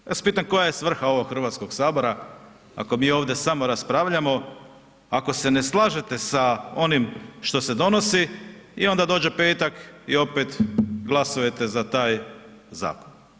Ja vas pitam koja je svrha ovog Hrvatskog sabora ako mi ovdje samo raspravljamo, ako se ne slažete sa onim šta se donosi i onda dođe petak i opet glasujete za taj zakon.